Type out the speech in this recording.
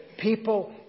people